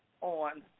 on